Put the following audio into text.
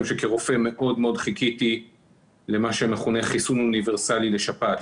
שכרופא מאוד מאוד חיכיתי למה שמכונה חיסון אוניברסלי לשפעת,